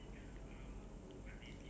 the phone to call [what]